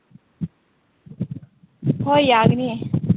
ꯍꯣꯏ ꯌꯥꯒꯅꯤ